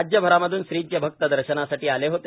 राज्य भरांमधून श्रींचे भक्त दर्शनासाठी आले होते